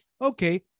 okay